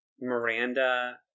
Miranda